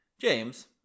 James